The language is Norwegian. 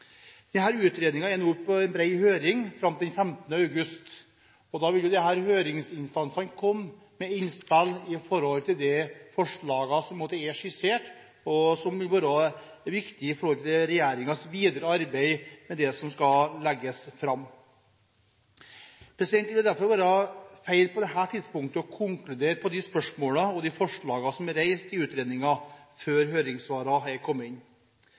er ute på en bred høring fram til 15. august. Da vil høringsinstansene komme med innspill til de forslagene som er skissert, og som vil være viktige for regjeringens videre arbeid med det som skal legges fram. Det vil derfor være feil på dette tidspunktet å konkludere på de spørsmålene og de forslagene som er reist